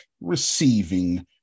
receiving